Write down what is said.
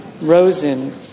Rosen